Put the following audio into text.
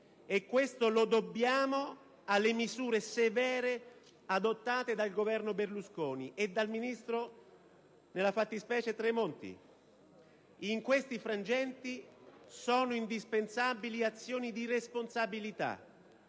e questo lo dobbiamo alle misure severe adottate dal Governo Berlusconi e, nella fattispecie, dal ministro Tremonti. In questi frangenti sono indispensabili azioni di responsabilità,